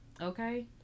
Okay